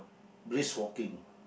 brisk walking